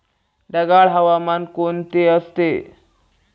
ढगाळ हवामान कोणते असते?